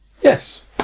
Yes